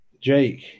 Jake